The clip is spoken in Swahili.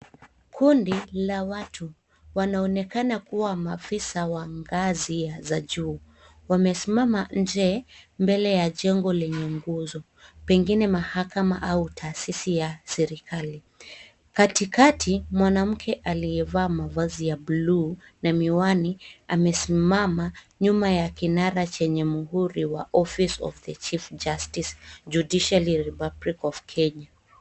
Kundi la watu wanaonekana kuwa maafisa wa ngaazi ya za juu wamesimama nje mbele ya jengo lenye nguzo pengine mahakama au tahasisi ya serikali katikati mwanamke aliyevaa mavazi ya bluu na miwani anasimama nyuma ya kinara chenye muhuri wa office of the chief justice judiciary republic of Kenya .